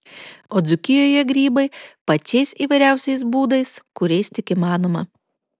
o dzūkijoje grybai pačiais įvairiausiais būdais kuriais tik įmanoma